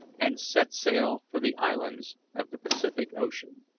and set sail for the islands of the pacific ocean.